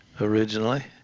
originally